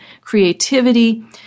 creativity